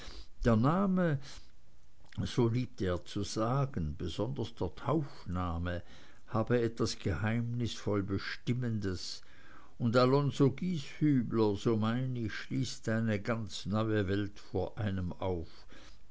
der name so liebte er zu sagen besonders der taufname habe was geheimnisvoll bestimmendes und alonzo gieshübler so mein ich schließt eine ganz neue welt vor einem auf